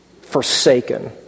forsaken